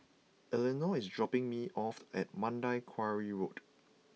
Elenor is dropping me off at Mandai Quarry Road